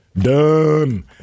Done